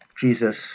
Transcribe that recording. Jesus